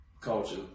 culture